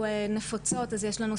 כעסתי על מי שזרקה אותי,